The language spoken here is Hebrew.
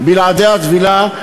בלעדי הטבילה,